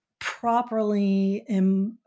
Properly